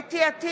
חוה אתי עטייה,